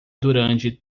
durante